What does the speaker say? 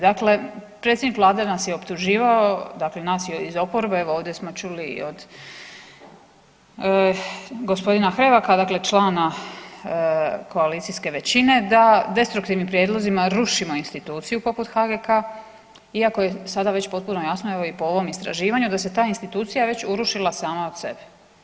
Dakle, predsjednik vlade nas je optuživao, dakle nas iz oporbe evo ovdje smo čuli i od gospodina Hrebaka dakle člana koalicijske većine da destruktivnim prijedlozima rušimo instituciju poput HGK iako je sada već potpuno jasno evo i po ovom istraživanju da se ta institucija već urušila sama od sebe.